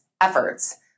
efforts